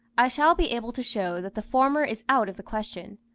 i shall be able to show that the former is out of the question.